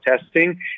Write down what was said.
testing